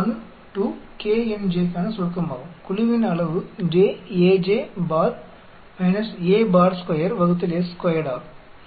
1 to k n j க்கான சுருக்கம் ஆகும் குழுவின் அளவு j aj bar a bar square வகுத்தல் s2 ஆல்